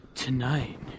Tonight